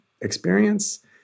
experience—